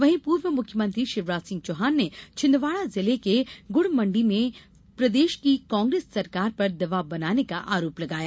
वहीं पूर्व मुख्यमंत्री शिवराज सिंह चौहान ने छिंदवाड़ा जिले के गुड़मंडी में प्रदेश की कांग्रेस सरकार पर दबाव बनाने का आरोप लगाया